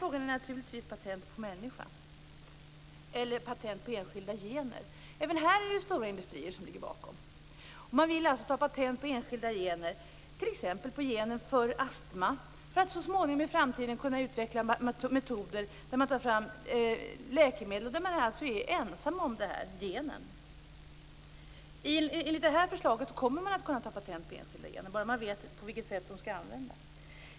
Den andra frågan gäller patent på enskilda gener. Även här ligger stora industrier bakom. Man vill alltså ta patent på enskilda gener, t.ex. genen för astma, för att i framtiden kunna utveckla metoder och läkemedel som man är ensam om. Enligt det här förslaget kommer man att kunna ta patent på gener, om man vet på vilket sätt de skall användas.